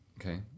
Okay